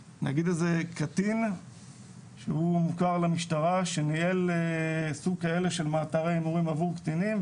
קטין שהוא מוכר למשטרה שניהל סוג כזה של מאתרי הימורים עבור קטינים,